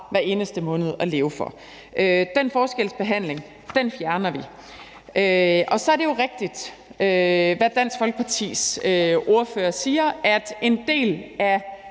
hver måned. Den forskelsbehandling fjerner vi. Så er det jo rigtigt, hvad Dansk Folkepartis ordfører siger om, at en del af